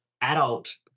adult